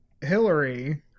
Hillary